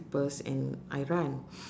~pers and I run